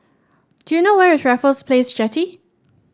do you know where is Raffles Place Jetty